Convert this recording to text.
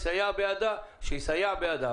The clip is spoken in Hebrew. ואם צריך שהאוצר יסייע בידה שיסייע בעדה.